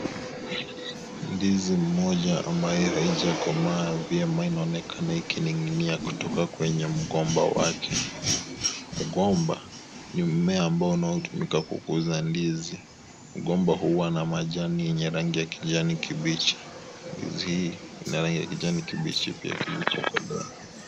Ndizi moja ambayo haijakomaa vyema inaonekana ikining'inia kutoka kwenye mgomba wake. Mgomba ni mmea ambao unaotumika kukuza ndizi. Mgomba huwa na majani yenye rangi ya kijani kibichi. Ndizi hii ni ya kijani kibichi pia.